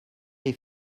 est